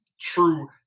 true